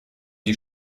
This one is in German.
die